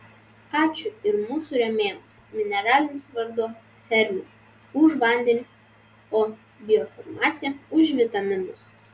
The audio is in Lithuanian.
ačiū ir mūsų rėmėjams mineralinis vanduo hermis už vandenį o biofarmacija už vitaminus